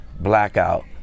blackout